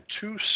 two